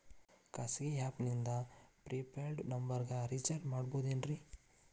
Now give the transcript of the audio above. ಖಾಸಗಿ ಆ್ಯಪ್ ನಿಂದ prepaid ನಂಬರಿಗ ರೇಚಾರ್ಜ್ ಮಾಡಬಹುದೇನ್ರಿ?